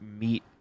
meet